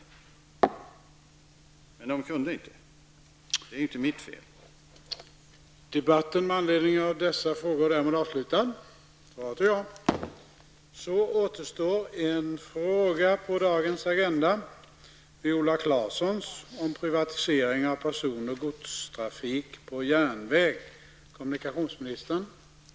Man kunde inte det, men det var inte mitt fel.